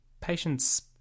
patient's